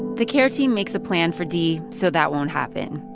the care team makes a plan for d so that won't happen.